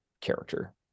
character